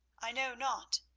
i know not,